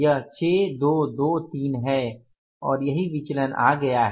यही 6223 है और यही विचलन आ गया है